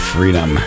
Freedom